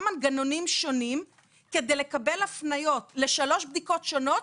מנגנונים שונים כדי לקבל הפניות לשלוש בדיקות שונות,